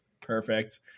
Perfect